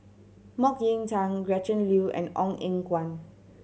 Mok Ying Jang Gretchen Liu and Ong Eng Guan